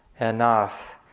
enough